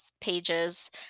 pages